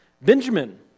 Benjamin